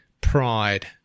pride